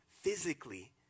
physically